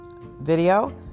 video